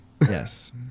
Yes